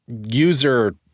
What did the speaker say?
user